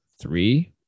three